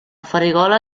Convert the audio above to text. farigola